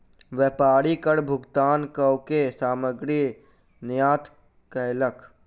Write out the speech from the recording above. व्यापारी कर भुगतान कअ के सामग्री निर्यात कयलक